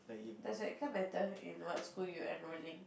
does your income matter in what school you're enrolling